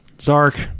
Zark